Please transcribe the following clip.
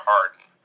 Harden